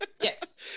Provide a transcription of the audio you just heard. Yes